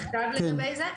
אני כמובן אשיב בכתב לגבי זה.